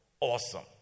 awesome